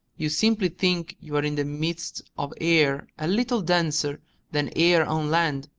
you simply think you're in the midst of air a little denser than air on land,